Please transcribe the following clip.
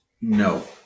No